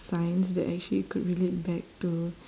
science that actually could relate back to